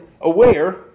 aware